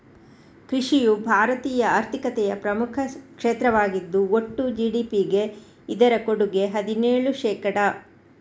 ಕೃಷಿಯು ಭಾರತೀಯ ಆರ್ಥಿಕತೆಯ ಪ್ರಮುಖ ಕ್ಷೇತ್ರವಾಗಿದ್ದು ಒಟ್ಟು ಜಿ.ಡಿ.ಪಿಗೆ ಇದರ ಕೊಡುಗೆ ಹದಿನೇಳು ಶೇಕಡಾ